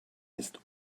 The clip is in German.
ist